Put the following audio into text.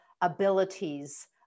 abilities